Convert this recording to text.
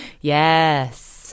yes